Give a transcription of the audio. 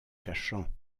cachant